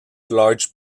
large